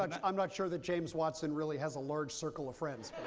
i'm not sure that james watson really has a large circle of friends.